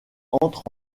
entre